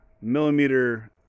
millimeter